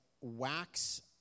wax